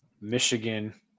Michigan